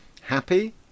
Happy